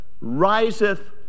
riseth